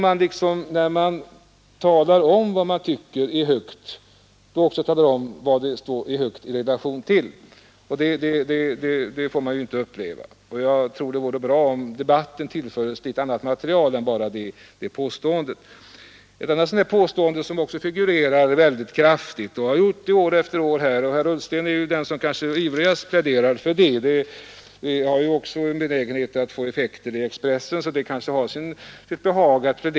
Men när man talar om att något är högt vore det klokt att också tala om vad man anser att det är högt i relation till — och något sådant får vi inte uppleva. Jag tror att det vore bra om debatten tillfördes litet annat material än bara det påståendet att hyrorna är höga. Det finns ett annat sådant där påstående som också figurerar mycket - och har gjort det år efter år. Herr Ullsten är den som kanske ivrigast har pläderat för detta påstående; det har en benägenhet att få effekter i Expressen, vilket kanske har sitt behag.